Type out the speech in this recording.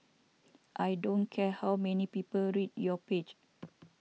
I don't care how many people read your page